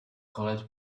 called